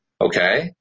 Okay